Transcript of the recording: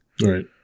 Right